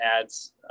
adds